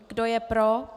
Kdo je pro?